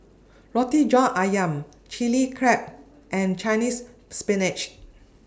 Roti John Ayam Chili Crab and Chinese Spinach